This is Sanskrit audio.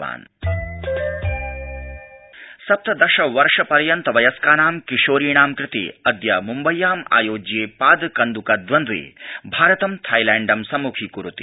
पाद कन्दक सप्तदश वर्ष पर्यन्त वयस्कानां किशोरीणां कृते अद्य मुम्बय्यामायोज्ये पादकन्द्व द्वन्द्वे भारत थाईलैंड संमुखी कुरुते